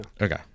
Okay